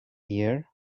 year